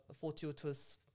fortuitous